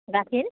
গাখীৰ